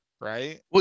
right